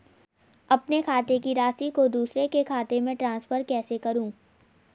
अपने खाते की राशि को दूसरे के खाते में ट्रांसफर कैसे करूँ?